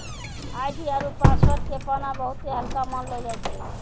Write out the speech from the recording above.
ID आरु password के पाना बहुते हल्का मानलौ जाय छै